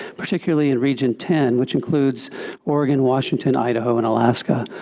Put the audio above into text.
particularly in region ten, which includes oregon, washington, idaho, and alaska,